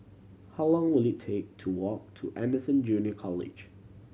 how long will it take to walk to Anderson Junior College